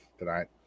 tonight